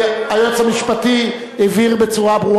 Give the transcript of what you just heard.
אנחנו פה לוקחים ברצינות את היועץ המשפטי של הכנסת,